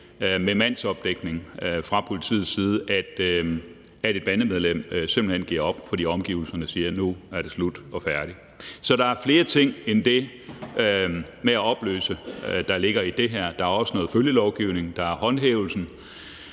med mandsopdækning fra politiets side, at et bandemedlem simpelt hen giver op, fordi omgivelserne siger, at nu er det slut. Så der er flere ting end det med at opløse grupperinger, der ligger i det her. Der er også noget følgelovgivning; der er håndhævelsen.